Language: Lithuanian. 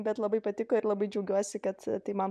bet labai patiko ir labai džiaugiuosi kad tai man